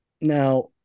Now